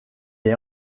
est